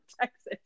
Texas